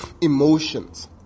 emotions